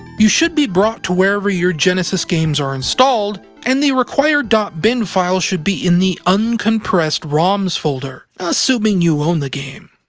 you should be brought to wherever your genesis games are installed, and the required bin file should be in the uncompressed roms folder, assuming you own the game.